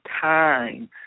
time